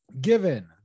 given